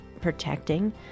protecting